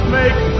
make